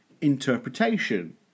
interpretation